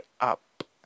up